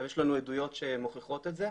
יש לנו עדויות שמוכיחות את זה,